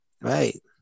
Right